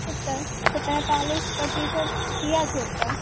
सचे सर तेतालीस प्रतिशत किए छै ओतऽ